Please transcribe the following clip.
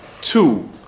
Two